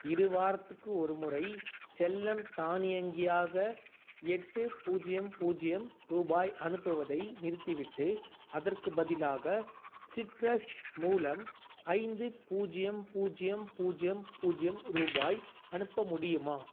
இரு வாரத்துக்கு ஒருமுறை செல்லம் தானியங்கியாக எட்டு பூஜ்ஜியம் பூஜ்ஜியம் ரூபாய் அனுப்புவதை நிறுத்திவிட்டு அதற்குப் பதிலாக சிட்ரஸ் மூலம் ஐந்து பூஜ்ஜியம் பூஜ்ஜியம் பூஜ்ஜியம் பூஜ்ஜியம் ரூபாய் அனுப்ப முடியுமா